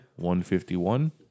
151